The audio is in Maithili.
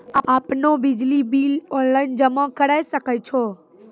आपनौ बिजली बिल ऑनलाइन जमा करै सकै छौ?